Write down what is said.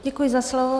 Děkuji za slovo.